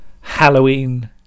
halloween